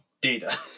data